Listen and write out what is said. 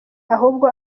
ahubwo